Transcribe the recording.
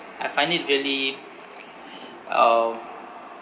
I find it really um